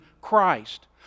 Christ